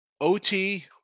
OT